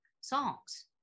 songs